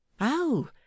Oh